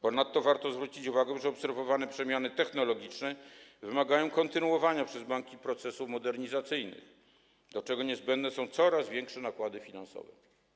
Ponadto warto zwrócić uwagę, że obserwowane przemiany technologiczne wymagają kontynuowania przez banki procesów modernizacyjnych, do czego niezbędne są coraz większe nakłady finansowe.